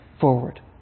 forward